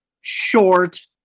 short